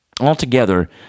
Altogether